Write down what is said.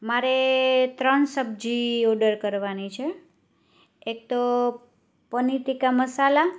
મારે ત્રણ સબજી ઓડર કરવાની છે એક તો પનીર ટીકા મસાલા